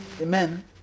Amen